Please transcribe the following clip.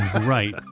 right